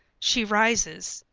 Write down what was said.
she rises.